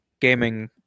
gaming